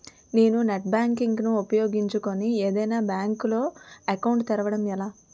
నేను net banking ను ఉపయోగించుకుని ఏదైనా బ్యాంక్ లో అకౌంట్ తెరవడం ఎలా?